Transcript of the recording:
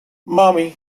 mommy